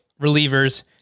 relievers